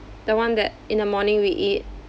the one that in the morning we eat